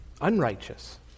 unrighteous